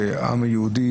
כעם היהודי,